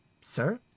sir